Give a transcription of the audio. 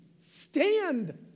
Stand